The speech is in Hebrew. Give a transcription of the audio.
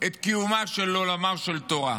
את קיומו של עולמה של תורה.